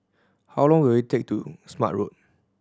how long will it take to Smart Road